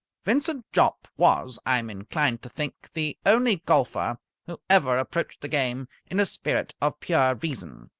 vincent jopp, was, i am inclined to think, the only golfer who ever approached the game in a spirit of pure reason.